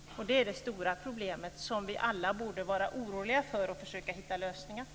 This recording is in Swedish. Det är det stora problemet, som vi alla borde vara oroliga för och försöka hitta lösningar på.